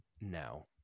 No